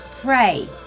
pray